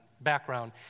background